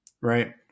right